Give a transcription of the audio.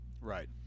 Right